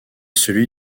celui